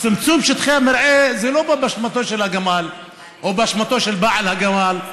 צמצום שטחי המרעה זה לא באשמתו של הגמל או באשמתו של בעל הגמל,